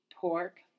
pork